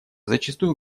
зачастую